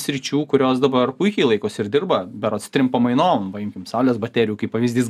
sričių kurios dabar puikiai laikosi ir dirba berods trim pamainom paimkim saulės baterijų kaip pavyzdys